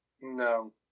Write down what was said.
No